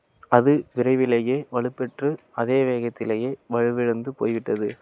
ஆப்பிரிக்க அமெரிக்கர்களுக்கு எதிரான இனப்பாகுபாடு இன்னும் ரெண்டாயிரத்தி இருபதிலும் நிலவுகிறது